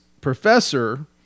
professor